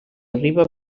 arriba